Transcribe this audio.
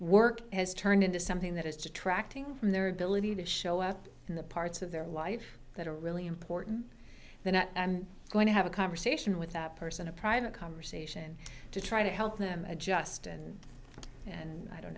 work has turned into something that is detracting from their ability to show up in the parts of their life that are really important they're not going to have a conversation with that person a private conversation to try to help them adjust and and i don't